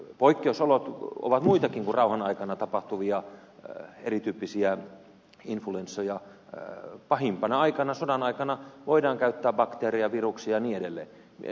poikkeusolot ovat muitakin kuin rauhan aikana tapahtuvia eri tyyppisiä influenssoja ja pahimpana aikana sodan aikana voidaan käyttää bakteereja viruksia ja niin edelleen